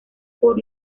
por